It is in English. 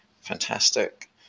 fantastic